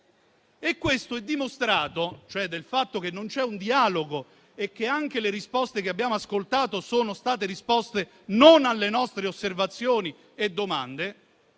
alcuna sintesi. Il fatto che non ci sia un dialogo e che anche le risposte che abbiamo ascoltato siano state risposte non alle nostre osservazioni e domande